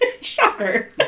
Shocker